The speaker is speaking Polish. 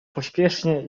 pośpiesznie